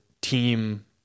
team